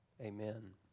Amen